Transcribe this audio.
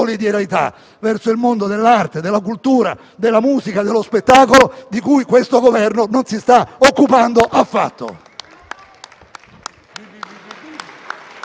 solidarietà verso il mondo dell'arte, della cultura, della musica e dello spettacolo, di cui il Governo non si sta occupando affatto.